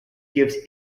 gives